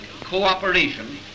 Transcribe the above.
cooperation